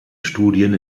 studien